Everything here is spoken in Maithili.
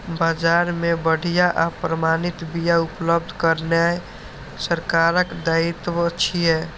बाजार मे बढ़िया आ प्रमाणित बिया उपलब्ध करेनाय सरकारक दायित्व छियै